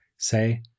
say